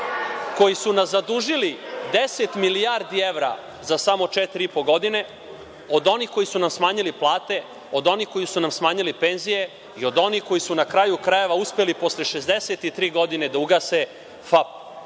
koji su nas zadužili 10 milijardi evra za samo četiri i po godine, od onih koji su nam smanjili plate, od onih koji su nam smanjili penzije i od onih koji su na kraju krajeva uspeli posle 63 godine da ugase FAP.